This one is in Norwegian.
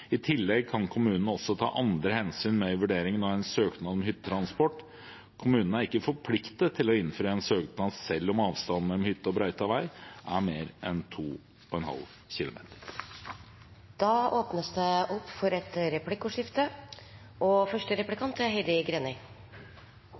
I tillegg kan kommunene også ta andre hensyn med i vurderingen av en søknad om hyttetransport. Kommunene er ikke forpliktet til å innfri en søknad selv om avstanden mellom hytte og brøytet vei er mer enn 2,5 km. Det blir replikkordskifte. Jeg ble veldig glad da jeg så at regjeringspartiene var ute i mediene og